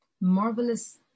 marvelous